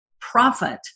profit